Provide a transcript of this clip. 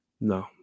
No